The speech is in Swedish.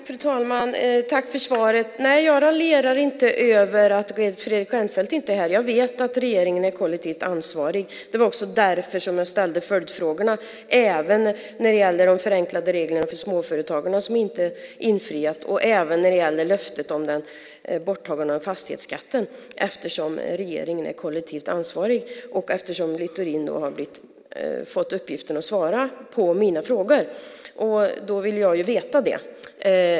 Fru talman! Tack för svaret. Jag raljerar inte över att Fredrik Reinfeldt inte är här. Jag vet att regeringen är kollektivt ansvarig. Det var också därför som jag ställde följdfrågorna även när det gällde de förenklade reglerna för småföretagarna som inte infriats och löftet om borttagandet av fastighetsskatten. Det var för att regeringen är kollektivt ansvarig och för att Littorin fått uppgiften att svara på mina frågor. Jag vill veta det.